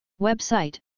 Website